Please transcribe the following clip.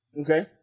Okay